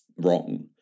wrong